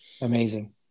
amazing